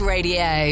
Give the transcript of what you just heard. Radio